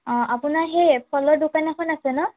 আপোনাৰ সেই ফলৰ দোকান এখন আছে ন